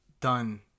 done